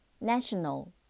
National